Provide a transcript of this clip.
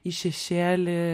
į šešėlį